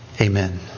Amen